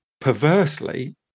perversely